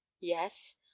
yes